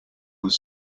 was